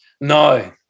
No